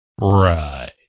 right